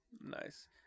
Nice